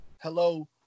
hello